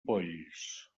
polls